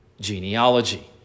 genealogy